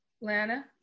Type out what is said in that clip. Lana